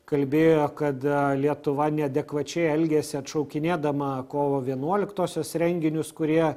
kalbėjo kad lietuva neadekvačiai elgiasi atšaukinėdama kovo vienuoliktosios renginius kurie